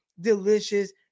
delicious